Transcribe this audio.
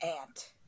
ant